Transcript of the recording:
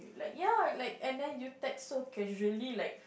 ya like and then you text so casually like